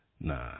Nah